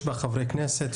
יש בה חברי כנסת,